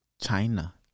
China